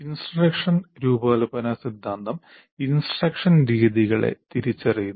instruction രൂപകൽപ്പന സിദ്ധാന്തം instruction രീതികളെ തിരിച്ചറിയുന്നു